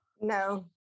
No